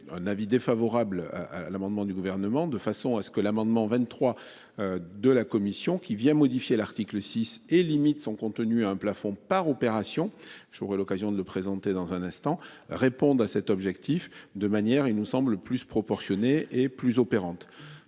Un avis défavorable à l'amendement du gouvernement, de façon à ce que l'amendement 23. De la commission qui vient modifier l'article 6 et limite son compte tenu un plafond par opération. J'aurai l'occasion de le présenter dans un instant répondent à cet objectif de manière il nous semble plus proportionnée et plus opérante